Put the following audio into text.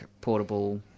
portable